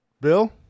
Bill